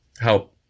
help